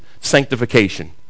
sanctification